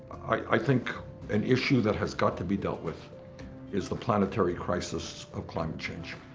i think an issue that has got to be dealt with is the planetary crisis of climate change.